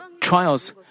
trials